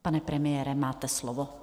Pane premiére, máte slovo.